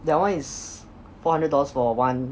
that one is four hundred dollars for one